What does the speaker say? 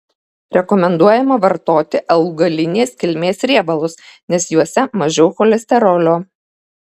rekomenduojama vartoti augalinės kilmės riebalus nes juose mažiau cholesterolio